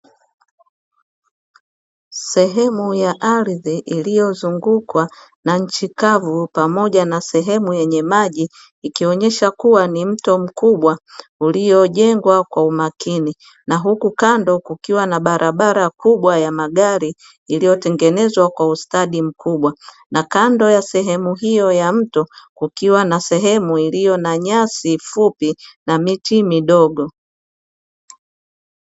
Sehemu ya ardhi iliyozungukwa na nchi kavu pamoja na sehemu yenye maji, ikionyesha kuwa ni mto mkubwa uliojengwa kwa umakini, na huku kando kukiwa na barabara kubwa ya magari iliyotengenezwa kwa ustadi mkubwa. Na kando ya sehemu hiyo ya mto kukiwa na sehemu iliyo na nyasi fupi na miti midogo.